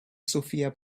sophia